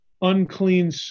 unclean